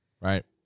Right